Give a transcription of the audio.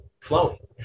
flowing